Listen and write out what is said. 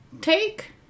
take